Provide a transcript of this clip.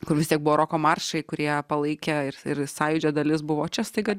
kur vis tiek buvo roko maršai kurie palaikė ir ir sąjūdžio dalis buvo o čia staiga